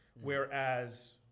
whereas